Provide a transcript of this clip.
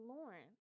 Lauren